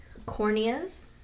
corneas